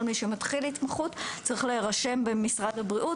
כל מי שמתחיל התמחות צריך להירשם במשרד הבריאות